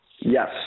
Yes